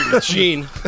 Gene